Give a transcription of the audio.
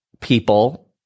people